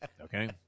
okay